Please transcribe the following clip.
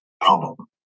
problem